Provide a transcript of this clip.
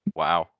wow